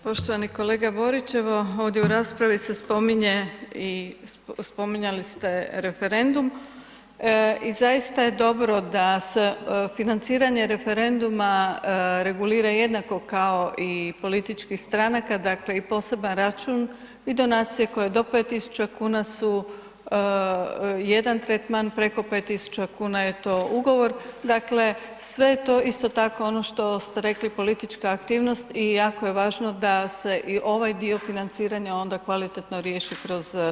Poštovani kolega Borić, evo ovdje u raspravi se spominje i spominjali ste referendum i zaista je dobro da se financiranje referenduma regulira jednako kao i političkih stranaka, dakle i poseban račun i donacije koje do 5.000 kuna su jedan tretman, preko 5.000 kuna je to ugovor, dakle sve je to isto tako ono što ste rekli politička aktivnost i jako je važno da se i ovaj dio financiranja onda kvalitetno riješi kroz